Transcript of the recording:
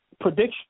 prediction